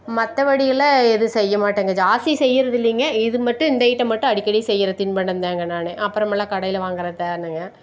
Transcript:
மற்றபடியில எதுவும் செய்யமாட்டங்க ஜாஸ்தி செய்கிறதில்லைங்க இது மட்டும் இந்த ஐட்டம் மட்டும் அடிக்கடி செய்கிற தின்பண்டதாங்க நான் அப்புறமெல்லாம் கடையில் வாங்கிறதானுங்க